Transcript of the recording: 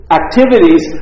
activities